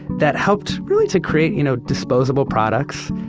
that helped really to create you know, disposable products,